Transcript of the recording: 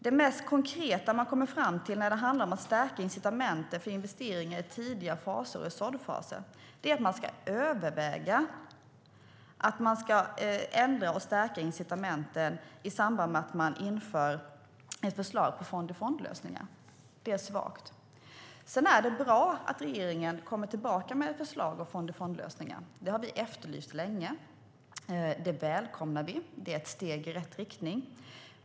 Det mest konkreta man kommer fram till när det handlar om att stärka incitamenten i tidiga faser och i såddfasen är att man ska överväga att ändra och stärka incitamenten i samband med att man inför ett förslag till fond-i-fond-lösningar. Det är svagt. Det är bra att regeringen kommer tillbaka med förslag till fond-i-fond-lösningar. Det har vi efterlyst länge. Det välkomnar vi. Det är ett steg i rätt riktning.